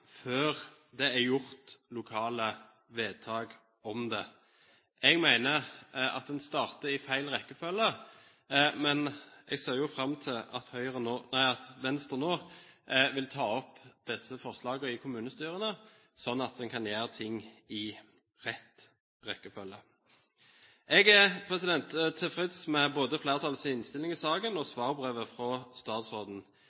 før det er gjort lokale vedtak om det. Jeg mener at man starter i feil ende. Men jeg ser fram til at Venstre nå vil ta opp disse forslagene i kommunestyrene, slik at man kan gjøre ting i rett rekkefølge. Jeg er tilfreds med både flertallets innstilling i saken og